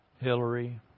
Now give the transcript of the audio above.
Hillary